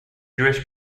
jewish